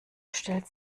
stellt